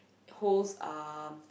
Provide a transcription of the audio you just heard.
holds uh